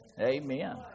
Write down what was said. Amen